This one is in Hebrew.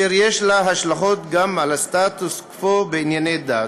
אשר יש לה השלכות גם על הסטטוס קוו בענייני דת.